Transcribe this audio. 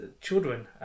children